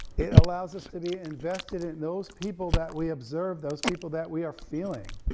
it allows us to be invested in those people that we observe, those people that we are feeling.